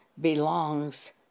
belongs